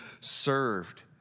served